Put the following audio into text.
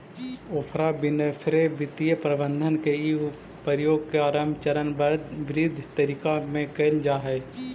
Oprah Winfrey वित्तीय प्रबंधन के इ प्रयोग के आरंभ चरणबद्ध तरीका में कैइल जा हई